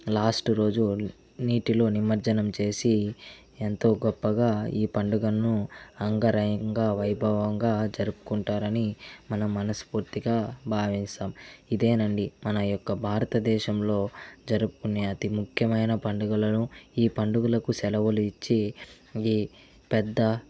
last రోజు నీటిలో నిమజ్జనం చేసి ఎంతో గొప్పగా ఈ పండుగను అంగరంగ వైభవంగా జరుపుకుంటారని మనం మనస్ఫూర్తిగా భావిస్తాం ఇదే నండి మన యొక్క భారతదేశంలో జరుపుకునే అతి ముఖ్యమైన పండుగలను ఈ పండుగలకు సెలవులు ఇచ్చి ఈ పెద్ద